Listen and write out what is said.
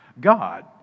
God